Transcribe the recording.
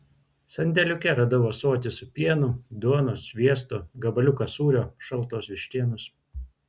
sandėliuke radau ąsotį su pienu duonos sviesto gabaliuką sūrio šaltos vištienos